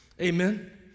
Amen